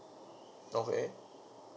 okay